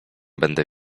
będę